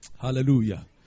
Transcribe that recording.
Hallelujah